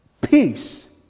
Peace